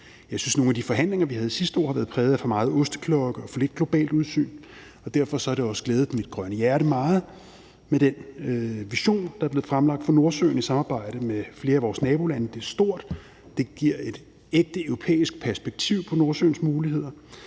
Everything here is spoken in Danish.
Jeg synes, at nogle af de forhandlinger, vi havde sidste år, har været præget af for meget osteklokke og for lidt globalt udsyn, og derfor har det også glædet mit grønne hjerte meget med den vision, der blev fremlagt for Nordsøen i samarbejde med flere af vores nabolande. Det er stort, og det giver et ægte europæisk perspektiv på Nordsøens muligheder,